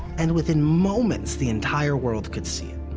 and within moments, the entire world could see it.